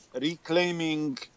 reclaiming